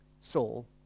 Saul